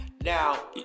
Now